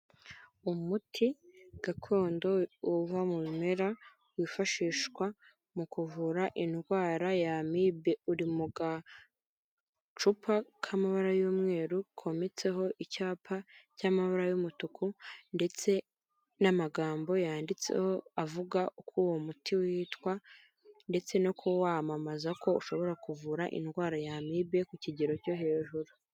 Umuti gakondo uva mu bimera wifashishwa mu kuvura indwara ya amibe, uri mu gacupa k'amabara y'umweru kometseho icyapa cy'amabara y'umutuku ndetse n'amagambo yanditseho avuga ko uwo muti witwa ndetse no kuwamamaza ko ushobora kuvura indwara ya amibe ku kigero cyo hejuru.